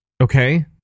Okay